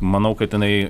manau kad inai